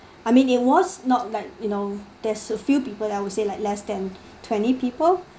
I mean it was not like you know there's a few people I would say like less than twenty people